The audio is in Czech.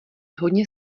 hodně